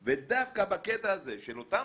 חברי כנסת ולדון ב-2 מיליון שקלים כשכולם יודעים.